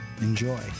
Enjoy